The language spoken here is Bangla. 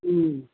হুম